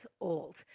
old